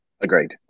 agreed